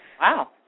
Wow